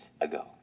ago